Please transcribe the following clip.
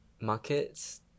markets